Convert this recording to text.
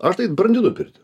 aš tai brandinu pirtį